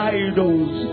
idols